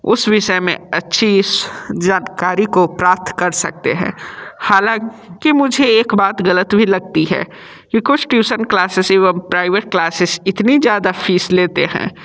उस विषय में अच्छी उस जानकारी को प्राप्त कर सकते है हालाँकि मुझे एक गलत भी लगती है कि कुछ ट्यूशन क्लासेस एवम प्राइवेट क्लासेस इतनी ज़्यादा फीस लेते हैं